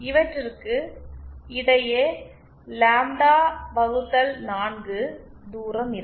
இவற்றிக்கு இடையே லாம்ப்டா வகுத்தல் 4 தூரம் இருக்கும்